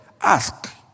Ask